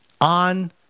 on